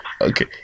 Okay